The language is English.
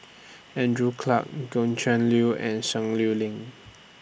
Andrew Clarke Gretchen Liu and Sun Lueling